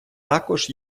також